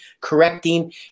correcting